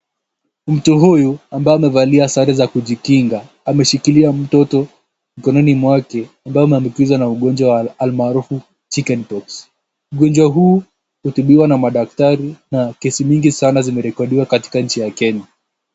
Mtu huyu ambaye amevalia sare za kujikinga, ameshikilia mtoto mkononi mwake ambaye ameambukizwa na ugonjwa wa almaarufu Chicken pox .Ugonjwa huu hutibiwa na madaktari na kesi mingi sana zimerekodiwa katika nchi ya Kenya.